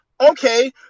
Okay